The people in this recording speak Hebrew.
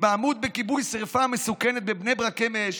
התמהמהות בכיבוי שרפה מסוכנת בבני ברק אמש